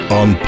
on